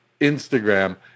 Instagram